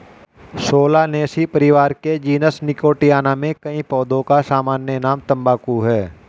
Solanaceae परिवार के genus Nicotiana में कई पौधों का सामान्य नाम तंबाकू है